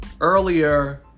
earlier